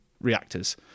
reactors